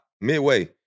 midway